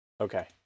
Okay